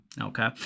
Okay